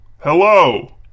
Hello